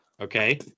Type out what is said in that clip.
Okay